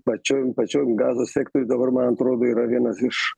pačioj pačioj gazos sektoriuj dabar man atrodo yra vienas iš